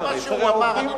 זה מה שהוא אמר.